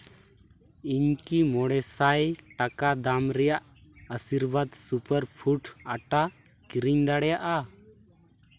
ᱤᱧ ᱠᱤ ᱢᱚᱬᱮ ᱥᱟᱭ ᱴᱟᱠᱟ ᱫᱟᱢ ᱨᱮᱭᱟᱜ ᱟᱥᱤᱨᱵᱟᱫᱽ ᱥᱩᱯᱟᱨ ᱯᱷᱩᱰ ᱟᱴᱟ ᱠᱤᱨᱤᱧ ᱫᱟᱲᱮᱭᱟᱜᱼᱟ